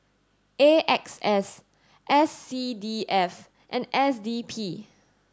A X S S C D F and S D P